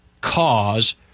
cause